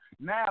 now